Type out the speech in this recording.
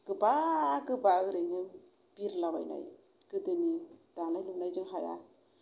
गोबा गोबा ओरैनो बिरलाबायनाय गोदोनि दानाय लुनायजों हाया